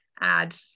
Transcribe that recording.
add